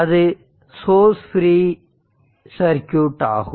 அது source free circuit ஆகும்